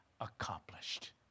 accomplished